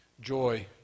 Joy